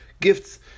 gifts